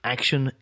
Action